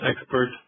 expert